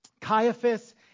Caiaphas